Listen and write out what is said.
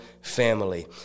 family